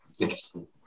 Interesting